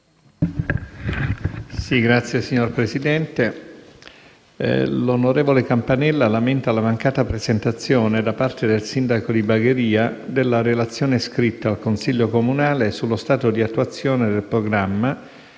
Signor Presidente, il senatore Campanella lamenta la mancata presentazione, da parte del sindaco di Bagheria, della relazione scritta al consiglio comunale sullo stato di attuazione del programma